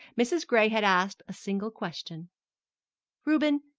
mrs. gray had asked a single question reuben,